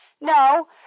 No